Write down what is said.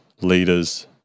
leaders